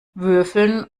würfeln